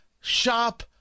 shop